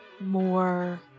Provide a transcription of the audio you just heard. more